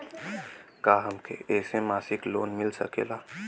का हमके ऐसे मासिक लोन मिल सकेला?